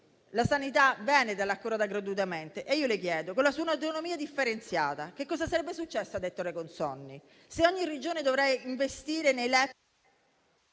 la sanità veneta l'ha curata gratuitamente. Io le chiedo: con la sua autonomia differenziata, cosa sarebbe successo a Ettore Consonni? Se ogni Regione dovrà investire nei LEP...